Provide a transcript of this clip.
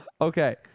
Okay